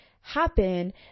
happen